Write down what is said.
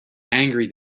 angry